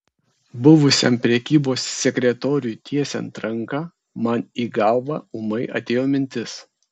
buvusiam prekybos sekretoriui tiesiant ranką man į galvą ūmai atėjo mintis